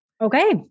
Okay